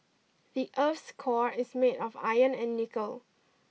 the earth's core is made of iron and nickel